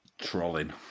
Trolling